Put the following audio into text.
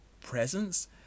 presence